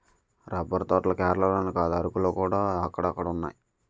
rubber తోటలు కేరళలోనే కాదు అరకులోకూడా అక్కడక్కడున్నాయి